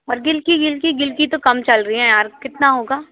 और गिलकी गिलकी गिलकी तो कम चल रही हैं यार कितना होगा